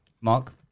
Mark